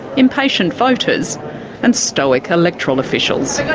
impatient voters and stoic electoral officials.